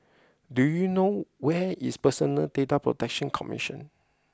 do you know where is Personal Data Protection Commission